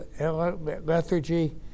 lethargy